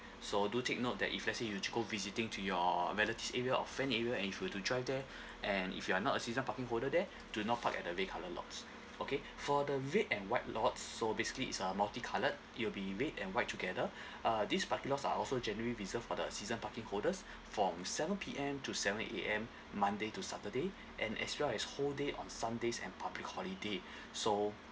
so do take note that if let's say if you were to go visiting to your relatives area or your friend area and if you were to drive there and if you are not a season parking holder there do not park at the red colour lots okay for the red and white lots so basically is a multi colored it will be red and white together uh this parking lots are also generally reserved for the season parking holders form seven P_M to seven A_M monday to saturday and extra whole day on sundays and public holidays so